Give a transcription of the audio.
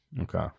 Okay